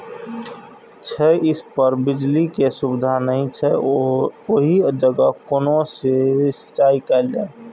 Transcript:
छै इस पर बिजली के सुविधा नहिं छै ओहि जगह केना सिंचाई कायल जाय?